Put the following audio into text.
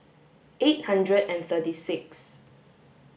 eight hundred and thirty six